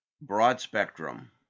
broad-spectrum